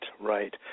right